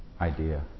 idea